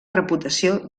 reputació